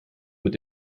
mit